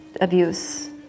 abuse